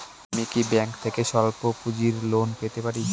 আমি কি ব্যাংক থেকে স্বল্প পুঁজির লোন পেতে পারি?